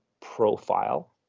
profile